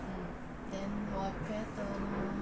mm then 我觉得呢